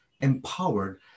empowered